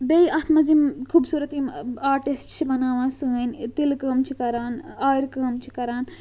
بیٚیہِ اَتھ منٛز یِم خوٗبصوٗرت یِم آٹِسٹ چھِ بَناوان سٲنۍ تِلہٕ کٲم چھِ کَران آرِ کٲم چھِ کَران